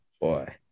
boy